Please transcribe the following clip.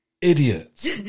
idiots